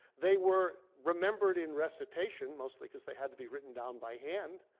they were remembered in recitation mostly because they had to be written down by hand.